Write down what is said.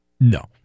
No